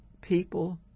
people